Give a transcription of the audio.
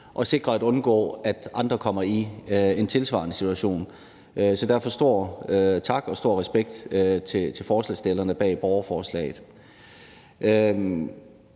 at sikre at undgå, at andre kommer i tilsvarende situationer. Derfor stor tak og stor respekt til stillerne af borgerforslaget.